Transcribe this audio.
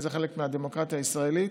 זה חלק מהדמוקרטיה הישראלית.